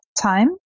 time